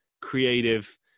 creative